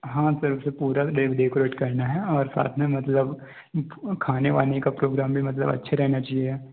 हाँ फिर उसे पूरा डेकोरेट करना है और साथ में मतलब खाने वाने का प्रोग्राम भी मतलब अच्छे रहने चाहिए